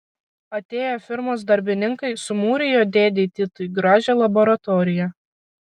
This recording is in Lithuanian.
atėję firmos darbininkai sumūrijo dėdei titui gražią laboratoriją